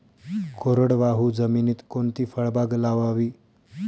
कोरडवाहू जमिनीत कोणती फळबाग लावावी?